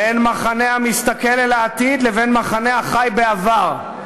בין מחנה המסתכל אל העתיד לבין מחנה החי בעבר.